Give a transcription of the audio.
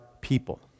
people